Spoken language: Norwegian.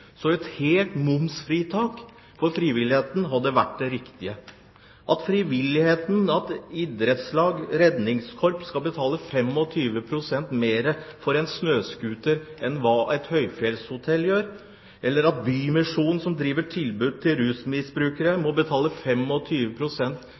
Et helt momsfritak for frivilligheten hadde derfor vært det riktige. At frivilligheten – idrettslag, redningskorps – skal betale 25 pst. mer for en snøscooter enn det et høyfjellshotell gjør, eller at Bymisjonen, som driver tilbud til rusmisbrukere,